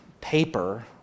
paper